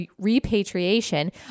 repatriation